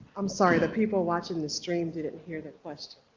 i'm sorry that people watching the stream didn't hear the question.